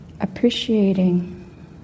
Appreciating